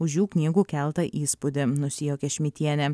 už jų knygų keltą įspūdį nusijuokė šmitienė